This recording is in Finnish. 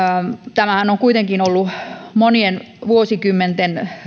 tämähän on kuitenkin ollut monien vuosikymmenten